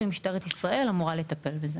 ומשטרת ישראל אמורה לטפל בו.